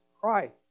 Christ